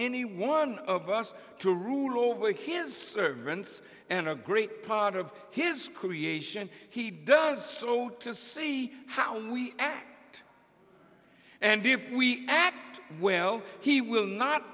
any one of us to rule over his servants and a great part of his creation he does so to see how we act and if we act well he will not